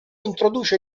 introduce